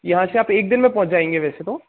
यहाँ से आप एक दिन में पहुँच जाएंगी वैसे तो